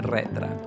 Retra